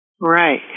Right